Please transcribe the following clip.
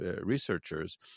researchers